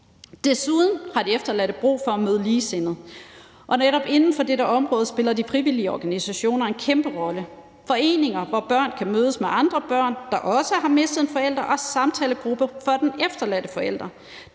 Desuden har de efterladte brug for at møde ligesindede, og netop inden for dette område spiller de frivillige organisationer en kæmpe rolle – foreninger, hvor børn kan mødes med andre børn, der også har mistet en forælder, og samtalegrupper for den efterladte forælder.